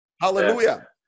Hallelujah